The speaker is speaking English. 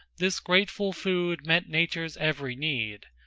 this grateful food met nature's every need,